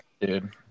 dude